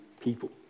people